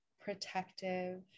protective